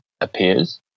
appears